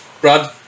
Brad